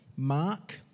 Mark